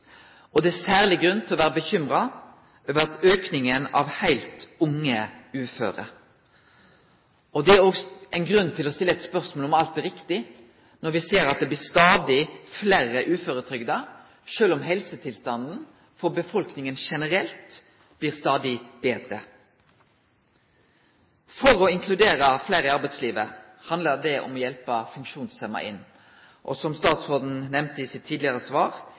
Det er særleg grunn til å vere bekymra over aukinga i talet på heilt unge uføre. Det er også ein grunn til å stille spørsmål ved om alt er riktig, når me ser at det blir stadig fleire utføretrygda, sjølv om helsetilstanden for befolkninga generelt blir stadig betre. Å inkludere fleire i arbeidslivet handlar om å hjelpe funksjonshemma inn. Som statsråden nemnde i sitt tidlegare svar,